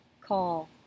call